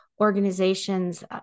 organizations